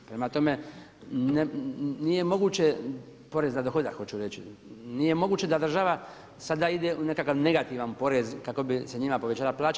Prema tome, nije moguće porez na dohodak hoću reći, nije moguće država sada ide u nekakav negativan porez kako bi se njima povećala plaća.